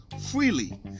freely